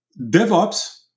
DevOps